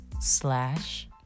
slash